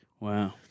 Wow